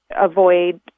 avoid